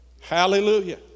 Hallelujah